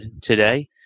today